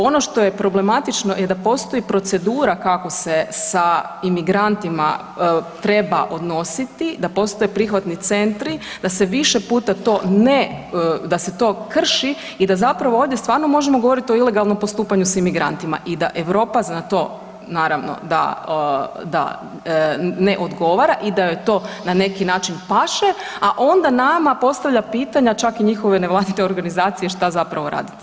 Ono što je problematično je da postoji procedura kako se sa imigrantima treba odnositi, da postoje prihvatni centri, da se više puta to ne, da se to krši i da zapravo ovdje stvarno možemo govoriti o ilegalno postupanju s imigrantima i da Europa za to naravno da, da ne odgovara i da joj to na neki način paše, a onda nama postavlja pitanja, čak i njihovoj … [[Govornik se ne razumije]] organizaciji šta zapravo radite s imigrantima.